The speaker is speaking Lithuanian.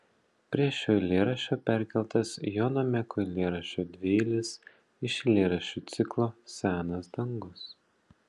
prie šio eilėraščio perkeltas jono meko eilėraščio dvieilis iš eilėraščių ciklo senas dangus